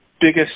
biggest